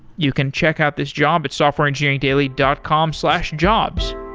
you can check out this job at softwareengineeringdaily dot com slash jobs.